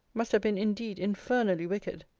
must have been indeed infernally wicked.